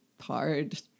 hard